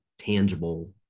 tangible